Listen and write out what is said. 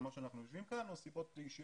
אם הן על מה שאנחנו יושבים כאן או סיבות אישיות.